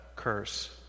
curse